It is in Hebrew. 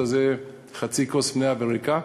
אז זה מחצית כוס מלאה ומחצית ריקה.